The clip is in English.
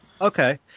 okay